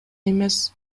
эмес